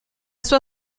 sua